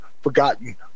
forgotten